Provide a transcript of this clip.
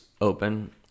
open